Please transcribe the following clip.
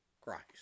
Christ